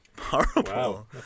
horrible